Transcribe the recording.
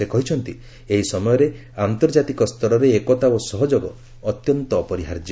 ସେ କହିଛନ୍ତି ଏହି ସମୟରେ ଆନ୍ତର୍ଜାତିକ ସ୍ତରରେ ଏକତା ଓ ସହଯୋଗ ଅତ୍ୟନ୍ତ ଅପରିହାର୍ଯ୍ୟ